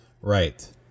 Right